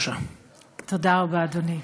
תודה רבה, אדוני.